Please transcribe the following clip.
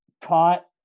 taught